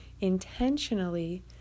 intentionally